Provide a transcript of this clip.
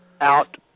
out